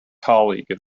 colleague